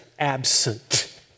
absent